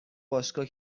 باشگاه